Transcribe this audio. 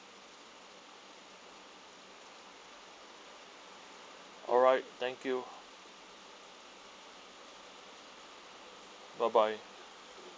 alright thank you bye bye